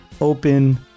open